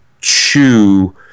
chew